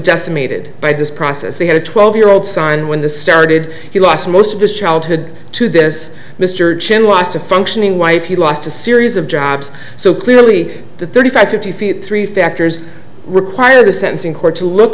decimated by this process they had a twelve year old son when the started he lost most of his childhood to this mr chen was a functioning wife he lost a series of jobs so clearly the thirty five fifty feet three factors required a sense in court to look